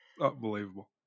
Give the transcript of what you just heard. Unbelievable